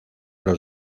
los